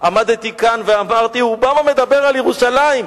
עמדתי כאן ואמרתי: אובמה מדבר על ירושלים.